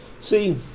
See